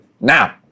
Now